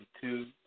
two